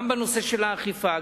גם בנושא האכיפה,